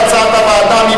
כהצעת הוועדה,